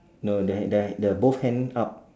no they they the both hand up